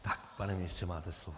Tak, pane ministře, máte slovo.